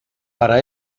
para